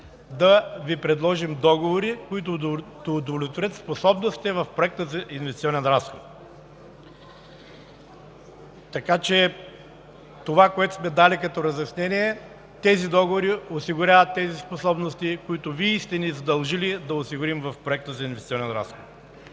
да Ви предложим договори, които да удовлетворят способностите в Проекта за инвестиционен разход. Така че, това, което сме дали като разяснение за тези договори, осигурява тези способности, които Вие сте ни задължили да осигурим в Проекта за инвестиционен разход.